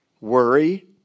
worry